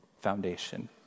foundation